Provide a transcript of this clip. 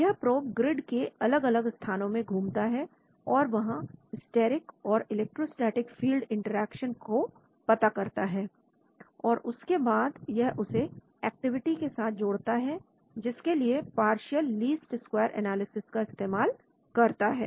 यह probe grid की अलग अलग स्थानों में घूमता है और वहां स्टेरिक और इलेक्ट्रोस्टेटिक फील्ड इंटरेक्शन को पता करता है और उसके बाद यह उसे एक्टिविटी के साथ जोड़ता है जिसके लिए पार्शियल लीस्ट स्क्वायर एनालिसिस का इस्तेमाल करता है